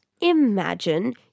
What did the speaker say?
imagine